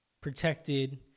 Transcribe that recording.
protected